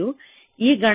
46